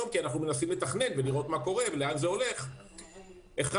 כי אנחנו מנסים לתכנן ולראות מה קורה ולאן זה הולך: א',